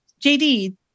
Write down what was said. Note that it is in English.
JD